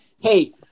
hey